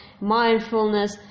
mindfulness